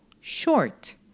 short